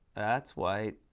that's wight.